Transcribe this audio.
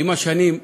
עם השנים,